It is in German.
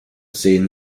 sehen